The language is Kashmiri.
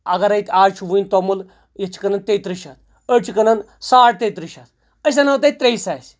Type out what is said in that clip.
اگر اسہِ آز چھُ وُنۍ توٚمُل ییٚتہِ چھِ کٕنان تیہِ ترٕہ شیٚتھ ٲڑۍ چھِ کٕنان ساڑ تیہِ ترٕہ شیٚتھ أسۍ انو تتہِ ترٛیہِ ساسہِ